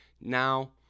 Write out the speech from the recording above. Now